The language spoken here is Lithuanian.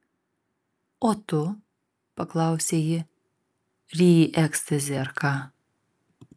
o tu paklausė ji ryji ekstazį ar ką